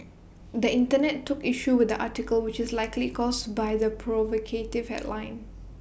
the Internet took issue with the article which is likely caused by the provocative headline